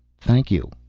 thank you,